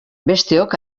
besteok